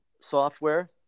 software